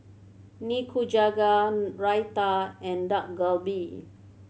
Nikujaga Raita and Dak Galbi